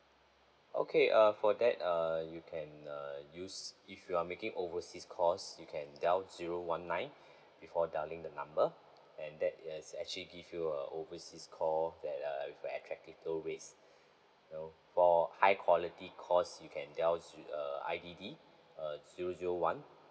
okay uh for that uh you can uh use if you are making overseas calls you can dial zero one nine before dialling the number and that is actually give you a overseas call that uh with attractive low rates so for high quality calls you can dial ze~ uh I D D uh zero zero one